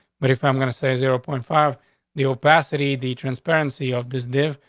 but if i'm going to say zero point five the opacity, the transparency off this live,